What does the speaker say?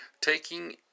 taking